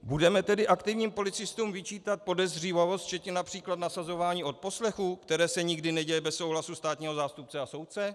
Budeme tedy aktivním policistům vyčítat podezřívavost včetně například nasazování odposlechů, které se nikdy neděje bez souhlasu státního zástupce a soudce?